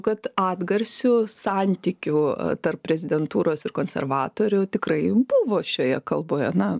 kad atgarsių santykių tarp prezidentūros ir konservatorių tikrai buvo šioje kalboje na